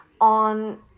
on